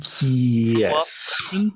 Yes